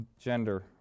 Gender